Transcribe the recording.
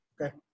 Okay